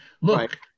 Look